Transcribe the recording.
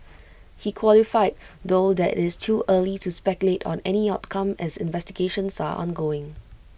he qualified though that IT is too early to speculate on any outcome as investigations are ongoing